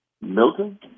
Milton